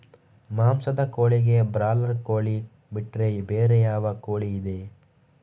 ಮಾಂಸದ ಕೋಳಿಗೆ ಬ್ರಾಲರ್ ಕೋಳಿ ಬಿಟ್ರೆ ಬೇರೆ ಯಾವ ಕೋಳಿಯಿದೆ?